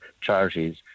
Charities